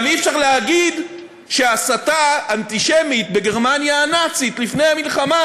גם אי-אפשר להגיד שהסתה אנטישמית בגרמניה הנאצית לפני המלחמה,